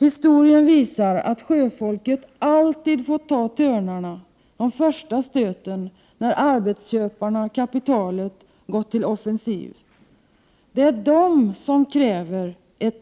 Historien visar att sjöfolket alltid fått ta första stöten när arbetsköparna-kapitalet gått till offensiv. Det är de som kräver